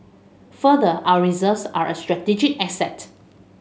further our reserves are a strategic asset